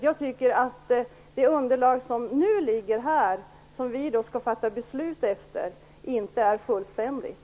Jag tycker att det underlag som vi har att fatta beslut på inte är fullständigt.